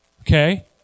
Okay